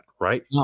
right